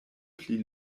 pli